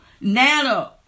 Nana